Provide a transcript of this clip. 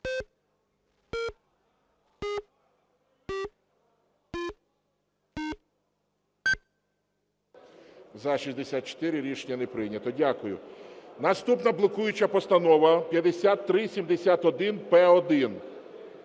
За-64 Рішення не прийнято. Дякую. Наступна блокуюча постанова – 5371-П1.